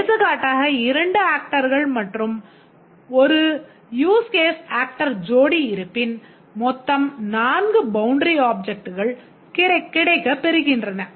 எடுத்துக்காட்டாக 2 ஆக்டர்கள் மற்றும் ஒரு யூஸ் கேஸ் ஆக்டர் ஜோடி இருப்பின் மொத்தம் 4 பவுண்டரி ஆப்ஜெக்ட்கள் கிடைக்கப் பெறுகின்றன